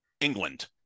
England